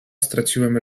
straciłem